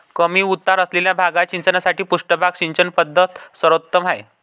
कमी उतार असलेल्या भागात सिंचनासाठी पृष्ठभाग सिंचन पद्धत सर्वोत्तम आहे